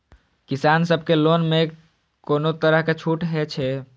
किसान सब के लोन में कोनो तरह के छूट हे छे?